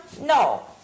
No